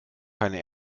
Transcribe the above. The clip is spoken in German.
keine